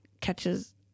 catches